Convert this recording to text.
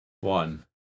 one